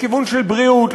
לכיוון של בריאות,